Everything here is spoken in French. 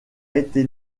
été